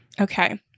Okay